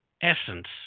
essence